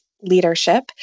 leadership